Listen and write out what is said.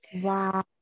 Wow